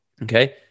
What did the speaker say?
Okay